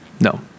No